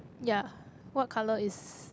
ya what colour is